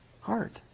heart